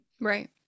Right